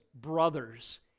brothers